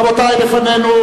רבותי, לפנינו